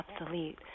obsolete